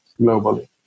globally